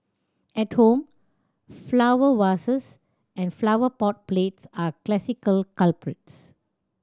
at home flower vases and flower pot plates are classic culprits